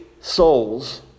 souls